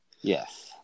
Yes